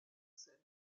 scène